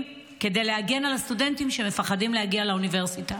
לתת כדי להגן על סטודנטים שמפחדים להגיע לאוניברסיטה.